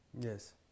Yes